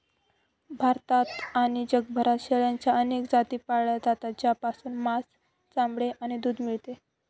भारतात आणि जगभरात शेळ्यांच्या अनेक जाती पाळल्या जातात, ज्यापासून मांस, चामडे आणि दूध मिळते